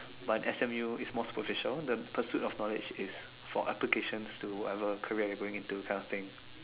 but in S_M_U is more superficial the pursuit of knowledge is for applications to whatever career you're going into that kind of thing